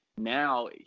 Now